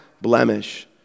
blemish